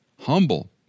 humble